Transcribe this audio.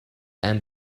and